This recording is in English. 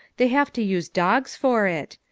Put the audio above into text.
they have to use dogs for it,